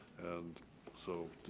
and so, do